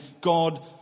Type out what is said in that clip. God